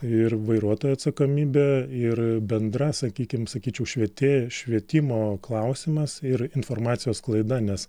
ir vairuotojo atsakomybė ir bendra sakykim sakyčiau švietė švietimo klausimas ir informacijos sklaida nes